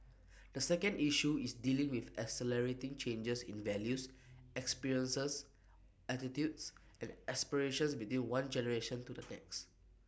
the second issue is dealing with accelerating changes in values experiences attitudes and aspirations between one generation to the next